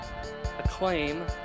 acclaim